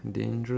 I mean